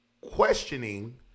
questioning